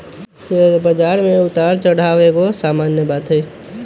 share बजार में उतार चढ़ाओ एगो सामान्य बात हइ